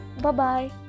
Bye-bye